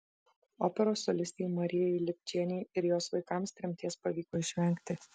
operos solistei marijai lipčienei ir jos vaikams tremties pavyko išvengti